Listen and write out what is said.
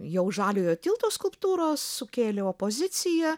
jau žaliojo tilto skulptūros sukėlė opoziciją